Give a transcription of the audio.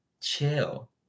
Chill